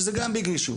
שהיא גם Big Issue.